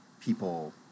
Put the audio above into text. people